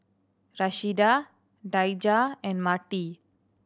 Rashida Daijah and Marty